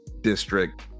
district